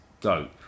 dope